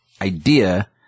idea